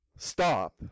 stop